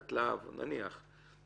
ביחידת להב הם